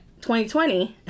2020